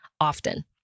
often